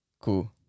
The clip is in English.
cool